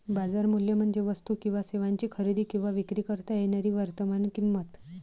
बाजार मूल्य म्हणजे वस्तू किंवा सेवांची खरेदी किंवा विक्री करता येणारी वर्तमान किंमत